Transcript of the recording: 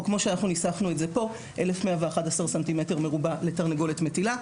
או כמו אנחנו ניסחנו את זה כאן 1,111 סנטימטרים מרובע לתרנגולת מטילה,